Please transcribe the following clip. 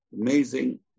amazing